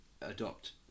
adopt